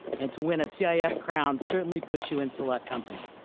and to win so a cif crown certainly puts you in select company.